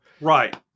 Right